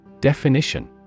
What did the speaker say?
Definition